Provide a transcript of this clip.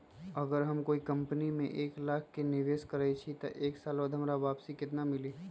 अगर हम कोई कंपनी में एक लाख के निवेस करईछी त एक साल बाद हमरा वापसी में केतना मिली?